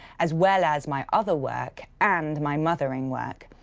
as well as my other work and my mothering work.